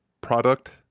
product